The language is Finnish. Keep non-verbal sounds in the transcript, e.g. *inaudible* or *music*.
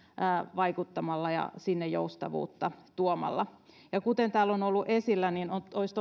vaikuttamalla ja sinne joustavuutta tuomalla ja kuten täällä on on ollut esillä niin olisi *unintelligible*